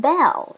Bell